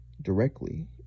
directly